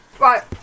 Right